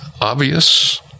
obvious